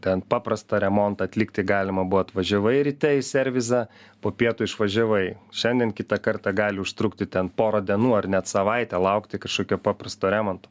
ten paprastą remontą atlikti galima buvo atvažiavai ryte į servizą po pietų išvažiavai šiandien kitą kartą gali užtrukti ten porą dienų ar net savaitę laukti kažkokio paprasto remonto